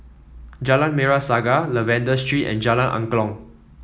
Jalan Merah Saga Lavender Street and Jalan Angklong